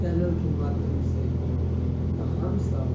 चैनलके माध्यमसँ तऽ हमसब